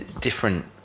different